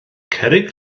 cerrig